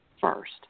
first